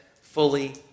fully